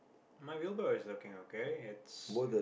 my wheelbarrow is looking okay it's